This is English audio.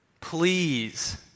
Please